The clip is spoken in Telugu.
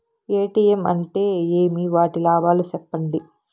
ఎ.టి.ఎం అంటే ఏమి? వాటి లాభాలు సెప్పండి